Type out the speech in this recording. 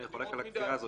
אני חולק על הקביעה הזאת.